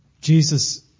Jesus